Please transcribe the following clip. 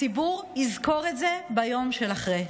הציבור יזכור את זה ביום שאחרי.